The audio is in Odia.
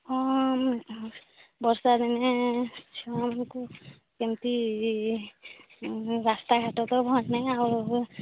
ହଁ ବର୍ଷା ଦିନେ ସ୍କୁଲ୍କୁ କେମିତି ରାସ୍ତାଘାଟ ତ ଭଲ ନାହିଁ ଆଉ